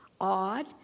odd